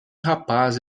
rapaz